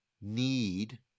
need